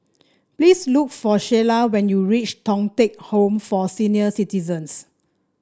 please look for Shayla when you reach Thong Teck Home for Senior Citizens